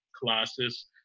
colossus